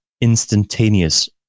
instantaneous